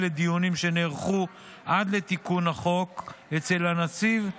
לדיונים שנערכו עד לתיקון החוק אצל הנציב,